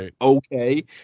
okay